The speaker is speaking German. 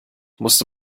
musste